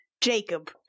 jacob